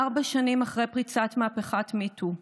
ארבע שנים אחרי פריצת מהפכת MeToo,